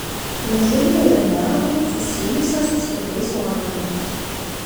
liežuvyje yra nervų susijusią su svarbiais organais